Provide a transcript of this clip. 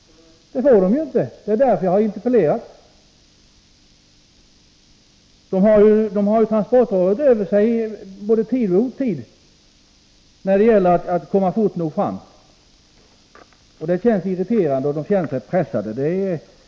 Det är också därför som jag har interpellerat. De har ju transportrådet över sig både i tid och i otid när det gäller att snabbt lämna besked. De känner sig irriterade och pressade.